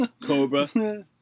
Cobra